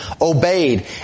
obeyed